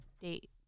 date